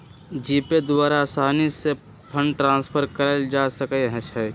GPay द्वारा असानी से फंड ट्रांसफर कयल जा सकइ छइ